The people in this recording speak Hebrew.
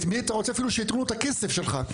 מי שאתה רוצה אפילו שיתנו את הכסף שלך.